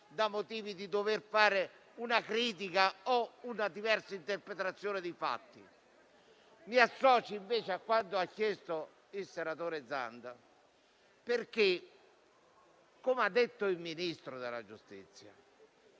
volontà di fare una critica o dare una diversa interpretazione dei fatti. Mi associo invece a quanto ha chiesto il senatore Zanda, perché, come ha detto il Ministro della giustizia,